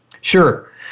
Sure